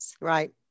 Right